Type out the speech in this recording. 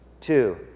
Two